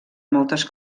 moltes